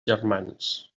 germans